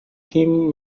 him